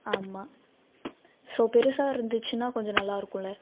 ஆமாம் ஸோ பெருசாக இருந்துச்சுன்னா கொஞ்சம் நல்லா இருக்கும்ல்ல